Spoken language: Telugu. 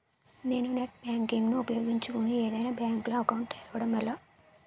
నేను నెట్ బ్యాంకింగ్ ను ఉపయోగించుకుని ఏదైనా బ్యాంక్ లో అకౌంట్ తెరవడం ఎలా?